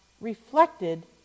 reflected